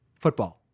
Football